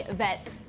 vets